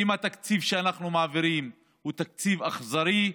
האם התקציב שאנחנו מעבירים הוא תקציב אכזרי,